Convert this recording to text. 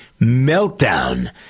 meltdown